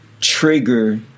trigger